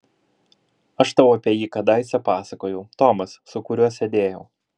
aš tau apie jį kadaise pasakojau tomas su kuriuo sėdėjau